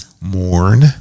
mourn